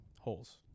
Holes